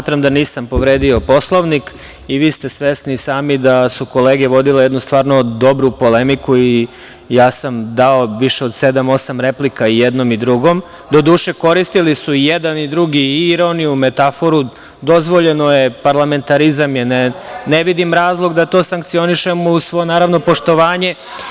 Smatram da nisam povredio Poslovnik i vi ste svesni i sami da su kolege vodile jednu stvarno dobru polemiku i ja sam dao više od sedam, osam replika i jednom i drugom, doduše koristili su i jedan i drugi ironiju i metaforu, dozvoljeno je, parlamentarizam je, ne vidim razlog da to sankcionišemo, naravno, uz svo poštovanje…